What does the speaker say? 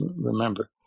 remember